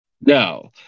no